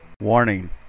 Warning